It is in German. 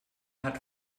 hat